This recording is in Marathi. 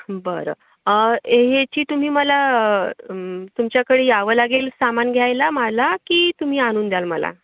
बरं ये हेचि तुम्ही मला तुमच्याकडे यावं लागेल सामान घ्यायला मला की तुम्ही आणून द्याल मला